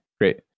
great